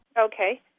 Okay